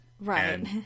Right